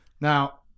now